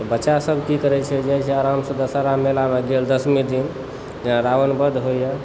बच्चासभ की करय छै जाइ छै आरामसँ दशहरा मेलामे गेल दशमी दिन जेना रावण वध होइए